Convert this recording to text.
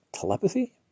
telepathy